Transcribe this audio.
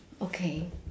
okay